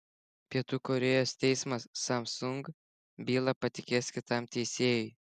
pietų korėjos teismas samsung bylą patikės kitam teisėjui